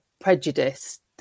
prejudiced